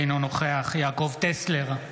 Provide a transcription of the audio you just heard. אינו נוכח יעקב טסלר,